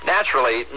Naturally